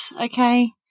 Okay